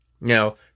Now